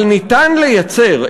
אבל ניתן לייצר,